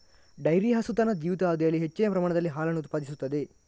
dairy ಹಸು ತನ್ನ ಜೀವಿತಾವಧಿಯಲ್ಲಿ ಹೆಚ್ಚಿನ ಪ್ರಮಾಣದಲ್ಲಿ ಹಾಲನ್ನು ಉತ್ಪಾದಿಸುತ್ತದೆ